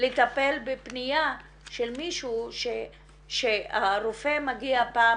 לטפל בפנייה של מישהו שהרופא מגיע פעם